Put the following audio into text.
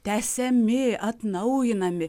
tęsiami atnaujinami